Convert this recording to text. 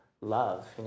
love